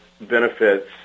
benefits